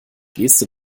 geste